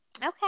Okay